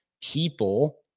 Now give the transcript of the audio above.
people